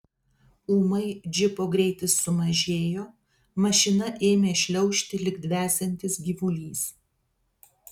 ūmai džipo greitis sumažėjo mašina ėmė šliaužti lyg dvesiantis gyvulys